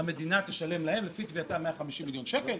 המדינה תשלם להם לפי תביעתם 150 מיליון שקל,